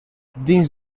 dins